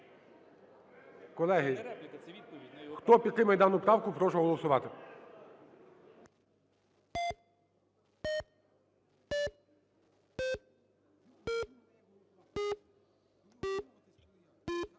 Колеги, хто підтримує дану правку, прошу голосувати.